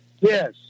Yes